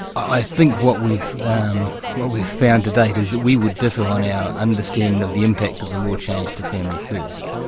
i think what we've um what we've found to date is that we would differ on our understanding of the impact of the law change to family first.